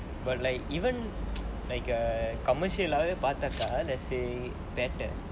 but like even like a commercial ஆகவே பார்த்தாக்கா:agavae paarthakkaa let's say petta